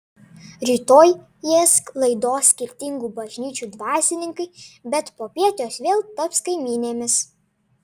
rytoj jas laidos skirtingų bažnyčių dvasininkai bet popiet jos vėl taps kaimynėmis